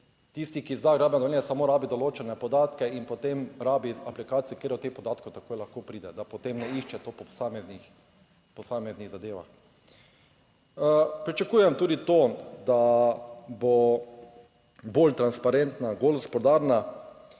tisti, ki za uporabno dovoljenje samo rabi določene podatke in potem rabi aplikacijo, kjer do teh podatkov takoj lahko pride, da potem ne išče to po posameznih zadevah. Pričakujem tudi to, da bo bolj transparentna, bolj gospodarna